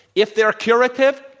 if they're curative,